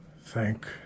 Thank